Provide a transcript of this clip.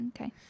Okay